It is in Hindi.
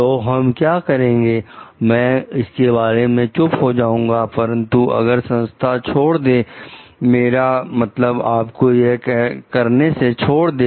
तो हम क्या करेंगे मैं इसके बारे में चुप हो जाऊंगा परंतु अगर संस्था छोड़ दे मेरा मतलब आपको यह करने से छोड़ दें